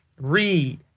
read